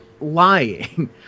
lying